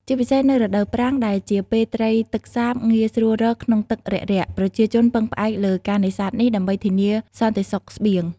ជាពិសេសនៅរដូវប្រាំង ដែលជាពេលត្រីទឹកសាបងាយស្រួលរកក្នុងទឹករាក់ៗ ប្រជាជនពឹងផ្អែកលើការនេសាទនេះដើម្បីធានាសន្តិសុខស្បៀង។